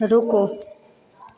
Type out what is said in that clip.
रुको